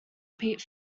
peat